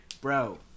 Bro